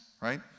right